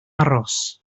aros